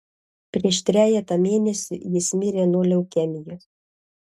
prieš trejetą mėnesių jis mirė nuo leukemijos